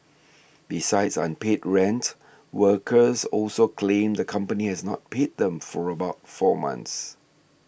besides unpaid rent workers also claimed the company has not paid them for about four months